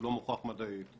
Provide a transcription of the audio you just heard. שלא מוכח מדעית.